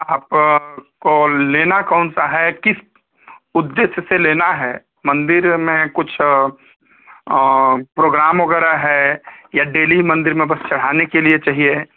आप को लेना कौनसा है किस उद्देश्य से लेना है मंदिर में कुछ प्रोग्राम वगैरह है या डेली मंदिर में बस चढ़ाने के लिए चाहिए